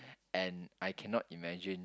and I cannot imagine